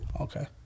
Okay